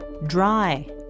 Dry